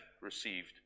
received